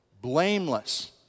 blameless